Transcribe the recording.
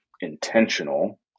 intentional